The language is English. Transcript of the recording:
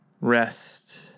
Rest